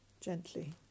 gently